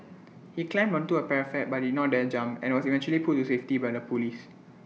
he climbed onto A parapet but did not dare jump and was eventually pulled to safety by the Police